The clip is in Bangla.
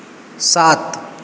সাত